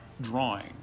drawing